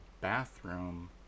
bathroom